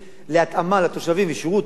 להתאמה לתושבים ושירות טוב,